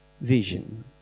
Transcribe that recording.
vision